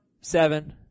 seven